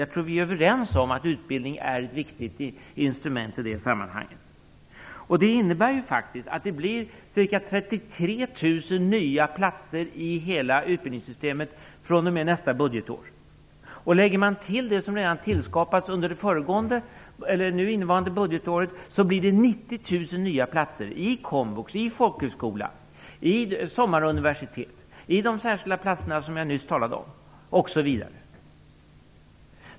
Jag tror att vi är överens om att utbildningen är ett viktigt instrument i det sammanhanget. Det innebär faktiskt att det blir ca 33 000 nya platser i hela utbildningssystemet fr.o.m. nästa budgetår. Lägger man till de platser som redan tillskapats under innevarande budgetår blir det 90 000 nya platser i komvux, vid folkhögskola, vid sommaruniversitet och med de särskilda platser som jag nyss talade om.